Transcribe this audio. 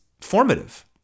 formative